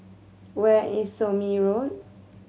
where is Somme Road